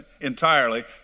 entirely